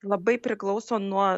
labai priklauso nuo